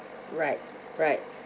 right right